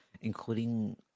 including